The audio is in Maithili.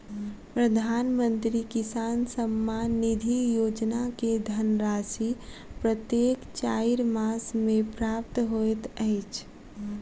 प्रधानमंत्री किसान सम्मान निधि योजना के धनराशि प्रत्येक चाइर मास मे प्राप्त होइत अछि